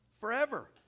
Forever